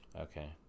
Okay